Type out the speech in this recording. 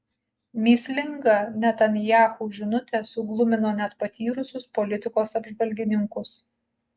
mįslinga netanyahu žinutė suglumino net patyrusius politikos apžvalgininkus